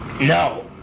no